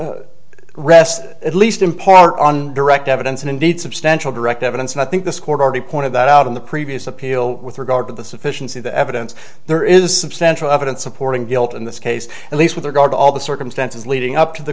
case rests at least in part on direct evidence and indeed substantial direct evidence and i think this court already pointed that out in the previous appeal with regard to the sufficiency the evidence there is substantial evidence supporting guilt in this case at least with regard to all the circumstances leading up to the